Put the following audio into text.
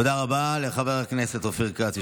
תודה רבה לחבר הכנסת אופיר כץ,